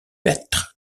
petr